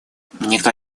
никто